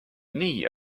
nii